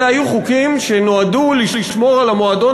אלה היו חוקים שנועדו לשמור על המועדון